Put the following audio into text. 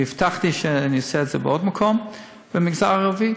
והבטחתי שאני אעשה את זה בעוד מקום במגזר הערבי.